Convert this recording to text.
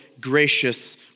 gracious